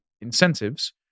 incentives